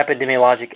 epidemiologic